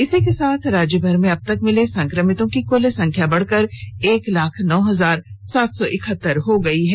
इसी के साथ राज्यभर में अब तक मिले संक्रमितों की कुल संख्या बढ़कर एक लाख नौ हजार सात सौ इकहतर पहुंच गई है